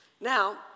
Now